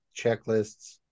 checklists